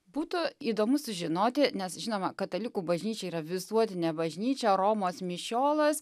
būtų įdomu sužinoti nes žinoma katalikų bažnyčia yra visuotinė bažnyčia o romos mišiolas